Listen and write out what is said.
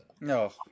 no